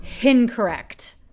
incorrect